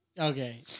Okay